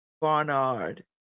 Barnard